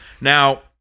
Now